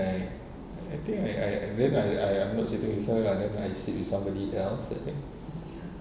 I I think I I maybe I I'm not sitting with her ah then I sit with somebody else I think